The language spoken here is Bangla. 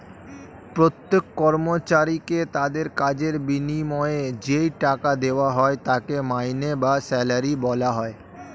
প্রত্যেক কর্মচারীকে তাদের কাজের বিনিময়ে যেই টাকা দেওয়া হয় তাকে মাইনে বা স্যালারি বলা হয়